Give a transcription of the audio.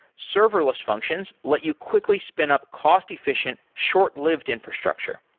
serverless functions let you quickly spin up cost-efficient, short-lived infrastructure.